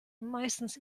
meistens